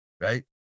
right